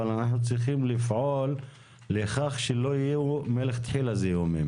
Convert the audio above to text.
אנחנו צריכים לפעול לכך שלא יהיו מלכתחילה זיהומים